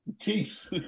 Chiefs